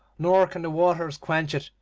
nor can the waters quench it.